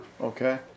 Okay